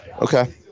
okay